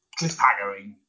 cliffhangering